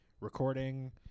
recording